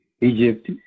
Egypt